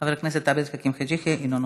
חבר הכנסת עבד אל חכים חאג' יחיא, אינו נוכח.